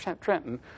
Trenton